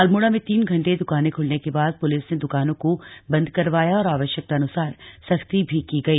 अल्मोड़ा में तीन घंटे दुकानें खुलने के बाद पुलिस ने दुकानों को बंद करवाया और आवश्यकतानुसार सख्ती भी की गई